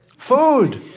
food!